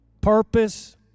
purpose